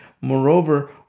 Moreover